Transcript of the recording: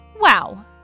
Wow